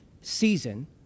season